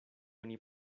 oni